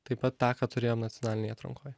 taip pat tą ką turėjom nacionalinėj atrankoj